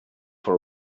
for